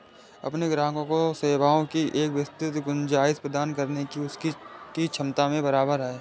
अपने ग्राहकों को सेवाओं की एक विस्तृत गुंजाइश प्रदान करने की उनकी क्षमता में बराबर है